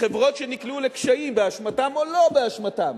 לחברות שנקלעו לקשיים באשמתן או לא באשמתן,